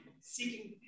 seeking